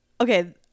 Okay